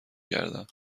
گردم